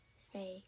stay